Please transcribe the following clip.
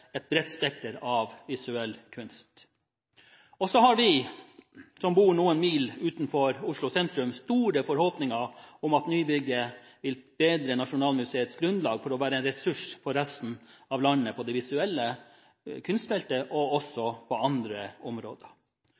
et bredt spekter av visuell kunst. Så har vi som bor noen mil utenfor Oslo sentrum, store forhåpninger om at nybygget vil bedre Nasjonalmuseets grunnlag for å være en ressurs for resten av landet, på det visuelle kunstfeltet og på andre områder.